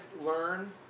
learn